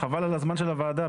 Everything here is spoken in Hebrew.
חבל על הזמן של הוועדה.